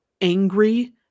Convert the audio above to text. angry